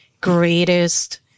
greatest